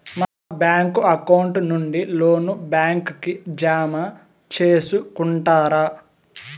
మా bank account నుండి loan account కి జామ సేసుకుంటారా?